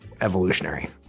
evolutionary